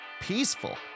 peaceful